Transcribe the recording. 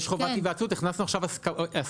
יש חובת היוועצות, והכנסנו עכשיו הסכמה.